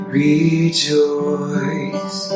rejoice